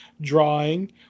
drawing